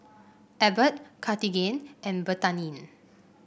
Abbott Cartigain and Betadine